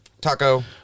taco